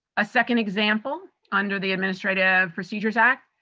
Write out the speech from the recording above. a second example, under the administrative procedures act,